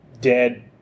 dead